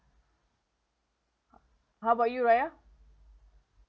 how about you raya